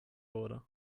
wurde